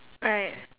right